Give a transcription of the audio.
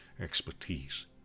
expertise